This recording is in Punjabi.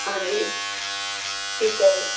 ਹਾਂਜੀ ਠੀਕ ਹੈ ਜੀ